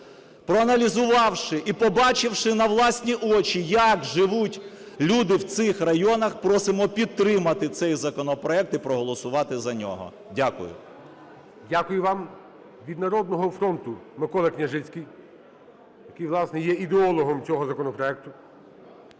проаналізувавши і побачивши на власні очі, як живуть люди в цих районах, просимо підтримати цей законопроект і проголосувати за нього. Дякую. ГОЛОВУЮЧИЙ. Дякую вам. Від "Народного фронту" Микола Княжицький. Він, власне, є ідеологом цього законопроекту.